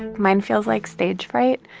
mine feels like stage fright.